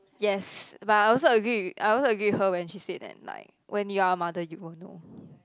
yes but I also agree I also agree with her when she said and like when you're a mother you will know